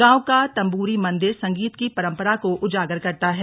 गांव का तम्बूरी मंदिर संगीत की परम्परा को उजागर करता है